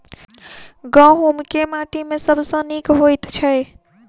गहूम केँ माटि मे सबसँ नीक होइत छै?